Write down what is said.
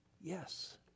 Yes